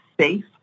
safe